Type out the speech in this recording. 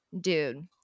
Dude